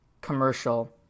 commercial